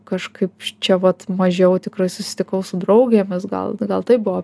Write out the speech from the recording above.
kažkaip čia vat mažiau tikrai susitikau su draugėmis gal gal tai buvo